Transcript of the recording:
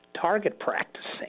target-practicing